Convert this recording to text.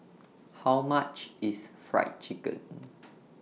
How much IS Fried Chicken